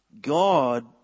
God